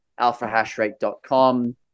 AlphaHashRate.com